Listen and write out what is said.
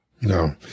no